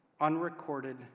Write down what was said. unrecorded